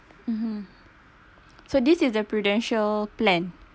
mmhmm so this is the Prudential plan